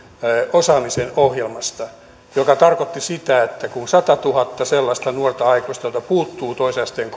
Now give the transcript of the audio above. osaamisen ohjelmasta joka tarkoitti sitä että kun on satatuhatta sellaista nuorta aikuista joilta puuttuu toisen asteen